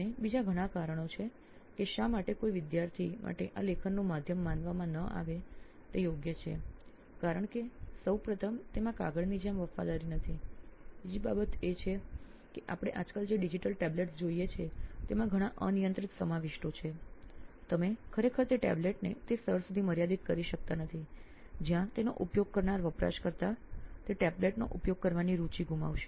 અને બીજાં ઘણાં કારણો છે કે શા માટે કોઈ વિદ્યાર્થી માટે આ લેખનનું માધ્યમ માનવામાં ન આવે તે યોગ્ય છે કારણ કે સૌ પ્રથમ તેમાં કાગળની જેમ વફાદારી નથી બીજી બાબત એ છે કે આપણે આજકાલ જે ડિજિટલ tablets જોઇયે છીએ તેમાં ઘણા અનિયંત્રિત સમાવિષ્ટો છે તમે ખરેખર તે ટેબ્લેટને તે સ્તર સુધી મર્યાદિત કરી શકતા નથી જ્યાં તેનો ઉપયોગ કરનાર વપરાશકર્તા તે ટેબ્લેટનો ઉપયોગ કરવાની રુચિ ગુમાવશે